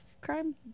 crime